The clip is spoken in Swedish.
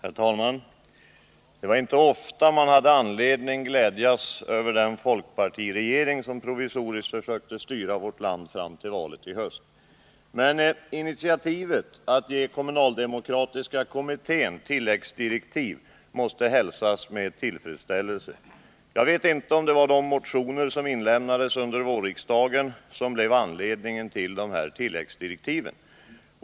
Herr talman! Det var inte ofta man hade anledning glädjas över den folkpartiregering som provisoriskt försökte styra vårt land fram till valet i höst. Men initiativet att ge kommunaldemokratiska kommittén tilläggsdirektiv måste hälsas med tillfredsställelse. Jag vet inte om det var de motioner som inlämnades under vårsessionen som blev anledningen till dessa tilläggsdirektiv.